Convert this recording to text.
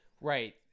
Right